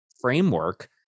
framework